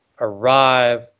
arrive